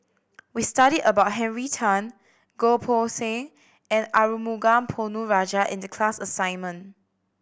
we studied about Henry Tan Goh Poh Seng and Arumugam Ponnu Rajah in the class assignment